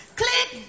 click